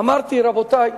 אמרתי: רבותי,